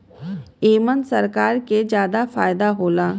एमन सरकार के जादा फायदा होला